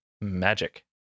magic